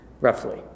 roughly